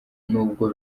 nubwo